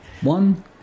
one